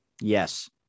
Yes